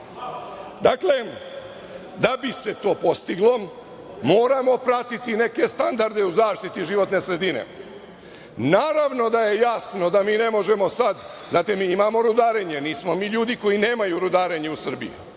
ključ. Dakle, da bi se to postiglo moramo pratiti neke standarde u zaštiti životne sredine. Naravno da je jasno da mi ne možemo sad, znate mi imamo rudarenje, nismo mi ljudi koji nemaju rudarenje u Srbiji,